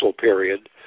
period